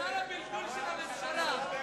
הוכחה לבלבול של הממשלה.